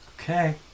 Okay